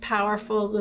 powerful